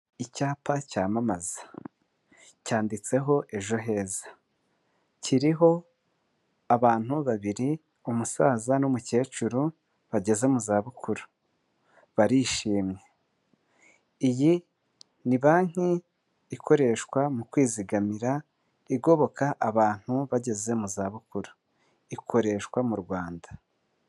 Icyapa cyamamaza, cyanditseho ejo heza, kiriho abantu babiri umusaza n'umukecuru bageze mu zabukuru. Barishimye. Iyi ni banki ikoreshwa mu kwizigamira igoboka abantu bageze mu zabukuru. Ikoreshwa mu Rwanda.